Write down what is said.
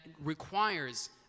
requires